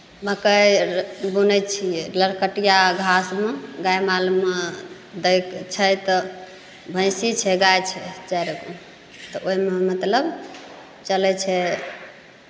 मकइ आर बुनै छियै लरकटिया घासमे गाय मालमे दैक छै तऽ भैंसी छै गाय छै चारिगो तऽ ओहिमे मतलब चलै छै